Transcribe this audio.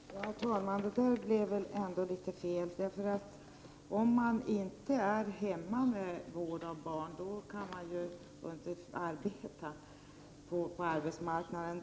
Herr talman! Det som Ulla-Britt Åbark sade blev väl ändå litet fel. Den som inte är hemma och vårdar barn kan ju vara ute på arbetsmarknaden.